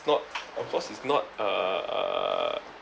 not of course is not uh uh